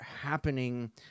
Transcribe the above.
happening